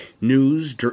news